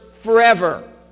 forever